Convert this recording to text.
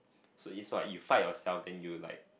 so is like you fight yourself then you like